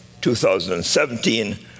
2017